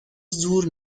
زور